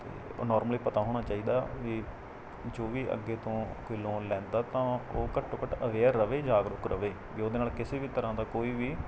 ਅਤੇ ਉਹ ਨੋਰਮਲੀ ਪਤਾ ਹੋਣਾ ਚਾਹੀਦਾ ਵੀ ਜੋ ਵੀ ਅੱਗੇ ਤੋਂ ਕੋਈ ਲੋਨ ਲੈਂਦਾ ਤਾਂ ਉਹ ਘੱਟੋਂ ਘੱਟ ਅਵੇਅਰ ਰਹੇ ਜਾਗਰੂਕ ਰਹੇ ਵੀ ਉਹਦੇ ਨਾਲ ਕਿਸੇ ਵੀ ਤਰ੍ਹਾਂ ਦਾ ਕੋਈ ਵੀ